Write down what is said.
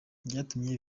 byatumye